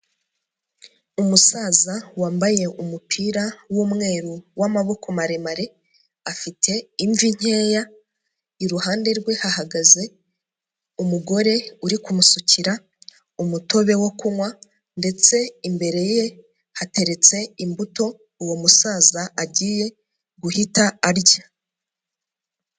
Umusaza wambaye umupira w'umweru w'amaboko maremare, afite imvi nkeya, iruhande rwe hahagaze umugore uri kumusukira umutobe wo kunywa ndetse imbere ye hateretse imbuto uwo musaza agiye guhita arya.